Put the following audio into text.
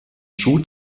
schuh